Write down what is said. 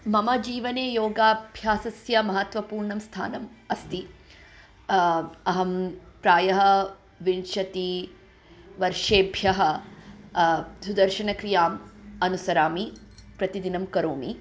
मम जीवने योगाभ्यासस्य महत्वपूर्णं स्थानम् अस्ति अहं प्रायः विंशतिवर्षेभ्यः सुदर्शनक्रियाम् अनुसरामि प्रतिदिनं करोमि